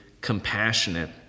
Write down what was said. compassionate